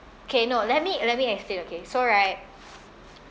okay no let me let me explain okay so right